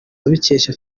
abikesha